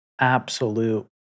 absolute